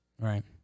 Right